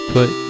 Put